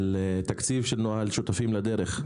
של תקציב של נוהל שותפים לדרך.